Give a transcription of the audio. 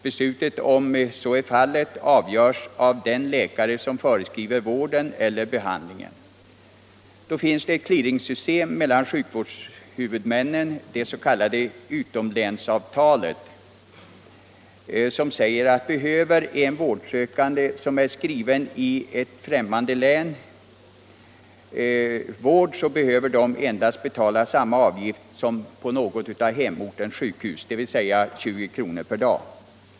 Beslutet huruvida så är fallet fattas av den läkare som föreskriver vården eller behandlingen. Det finns då ett clearingsystem mellan sjukvårdshuvudmännen, det s.k. utomlänsavtalet, som innebär att om en vårdsökande skriven i ett främmande län behöver vård måste denne endast betala samma avgift som på något av hemortens sjukhus, dvs. 20 kr. per dag.